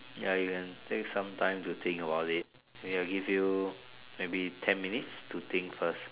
ya you can take some time to think about it we will give you maybe ten minutes to think first